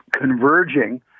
converging